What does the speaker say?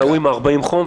על ההוא עם 40 מעלות חום,